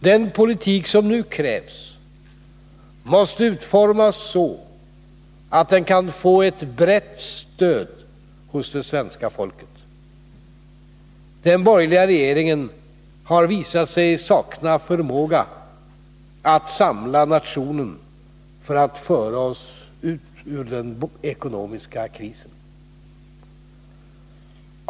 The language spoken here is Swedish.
Den politik som nu krävs måste utformas så att den kan få ett brett stöd hos det svenska folket. Den borgerliga regeringen har visat sig sakna förmåga att samla nationen för att föra oss ut ur den ekonomiska krisen.